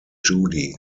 judy